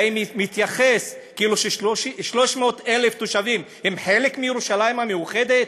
האם הוא מתייחס כאילו ש-300,000 תושבים הם חלק מירושלים המאוחדת?